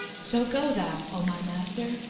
so go thou, o my master,